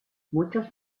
muchos